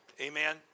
amen